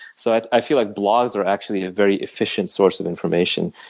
so i feel like blogs are actually a very efficient source of information.